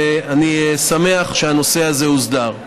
ואני שמח שהנושא הזה הוסדר.